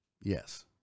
Yes